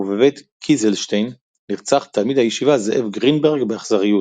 וב"בית קיזלשטיין" נרצח תלמיד הישיבה זאב גרינברג באכזריות.